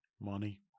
money